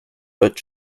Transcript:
but